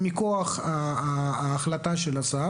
מכוח ההחלטה של השר